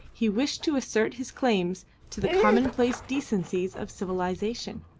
he wished to assert his claims to the commonplace decencies of civilisation.